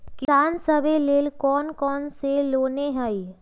किसान सवे लेल कौन कौन से लोने हई?